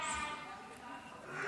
ההצעה להעביר